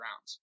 rounds